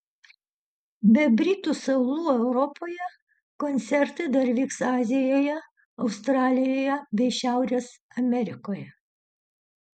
be britų salų europoje koncertai dar vyks azijoje australijoje bei šiaurės amerikoje